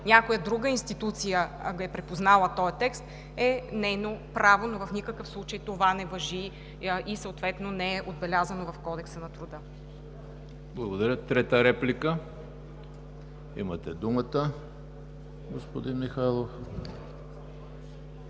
някоя друга институция е припознала този текст, е нейно право, но в никакъв случай това не важи и съответно не е отбелязано в Кодекса на труда. ПРЕДСЕДАТЕЛ ЕМИЛ ХРИСТОВ: Благодаря. Трета реплика – имате думата, господин Михайлов.